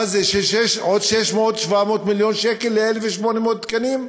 מה זה, עוד 700-600 מיליון שקל ל-1,800 תקנים?